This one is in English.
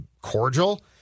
cordial